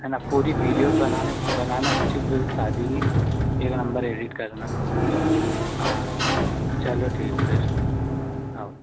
है ना पूरी वीडियोज़ बनाने बनाना अच्छी पूरी शादी की एक नंबर एडिट करना हाँ चलो ठीक फिर और